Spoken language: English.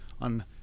on